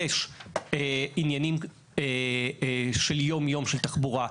יש עניינים של יום יום של תחבורה,